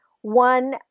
one